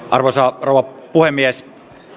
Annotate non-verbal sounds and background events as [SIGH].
[UNINTELLIGIBLE] arvoisa rouva puhemies